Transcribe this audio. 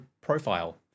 profile